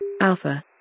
Alpha